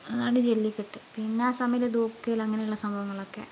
അതാണ് ജെല്ലിക്കെട്ട് പിന്നെ ആസ്സാമിലെ ദോഖീൽ അങ്ങനെയുള്ള സംഭവങ്ങളൊക്കെ